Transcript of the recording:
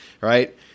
right